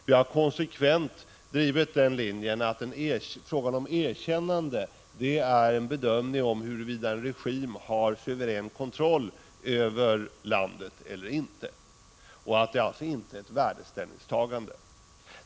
Vi har konsekvent drivit linjen att frågan om erkännande gäller en bedömning av huruvida en regim har suverän kontroll över landet eller inte, och att det alltså inte handlar om ett ”värdeställningstagande”.